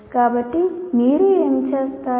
కాబట్టి మీరు ఏమి చేస్తారు